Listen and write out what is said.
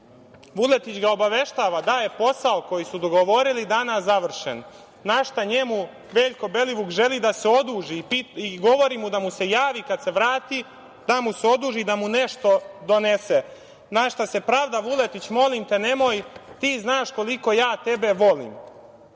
Vuletić ga obaveštava da je posao koji su dogovorili danas završen, na šta njemu Veljko Belivuk želi da se oduži i govori mu da mu se javi kad se vrati da mu se oduži da mu nešto donese, na šta se pravda Vuletić – molim te, nemoj. Ti znaš koliko ja tebe volim.